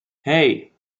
hey